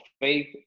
faith